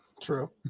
True